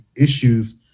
issues